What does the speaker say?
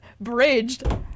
bridged